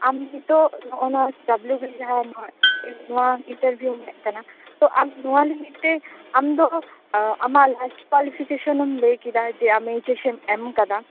ᱟᱢ ᱱᱤᱛᱚᱜ ᱱᱚᱜᱼᱚᱭ ᱱᱚᱭᱟ ᱰᱚᱵᱞᱩ ᱵᱤ ᱡᱟᱦᱟ ᱱᱚᱭᱟ ᱤᱱᱴᱟᱨ ᱵᱷᱤᱭᱩᱢ ᱦᱮᱡ ᱠᱟᱱᱟ ᱛᱚ ᱟᱢ ᱱᱚᱭᱟ ᱞᱮ ᱢᱤᱫᱽᱴᱮᱱ ᱟᱢᱫᱚ ᱟ ᱟᱢᱟᱜ ᱞᱟᱥᱴ ᱠᱚᱣᱟᱞᱤᱯᱷᱤᱠᱮᱥᱚᱱᱮᱢ ᱞᱟ ᱭ ᱠᱮᱫᱟ ᱡᱮ ᱟᱢ ᱮᱭᱤᱪᱼᱮᱥ ᱮᱢ ᱮᱢᱟᱠᱟᱫᱟ